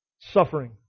Suffering